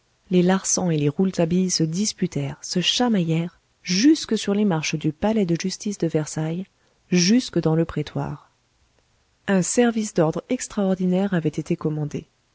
les larsan et les rouletabille se disputèrent se chamaillèrent jusque sur les marches du palais de justice de versailles jusque dans le prétoire un service d'ordre extraordinaire avait été commandé